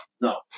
no